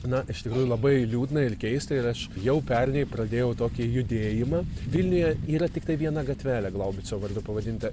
na iš tikrųjų labai liūdna ir keista ir aš jau pernai pradėjau tokį judėjimą vilniuje yra tiktai viena gatvelė glaubico vardu pavadinta